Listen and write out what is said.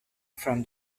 from